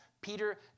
Peter